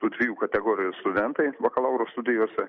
tų dviejų kategorijų studentai bakalauro studijose